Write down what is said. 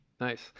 Nice